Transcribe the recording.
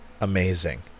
amazing